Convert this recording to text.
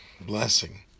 blessing